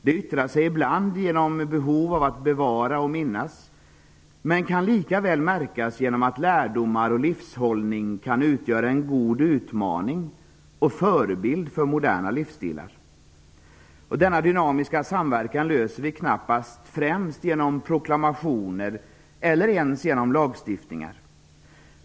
Det yttrar sig ibland genom behov av att bevara och minnas, men det kan lika väl märkas genom att lärdomar och livshållning kan utgöra en god utmaning och förebild för moderna livsstilar. Denna dynamiska samverkan åstadkommer vi knappast främst genom proklamationer eller ens genom lagstiftning.